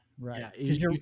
Right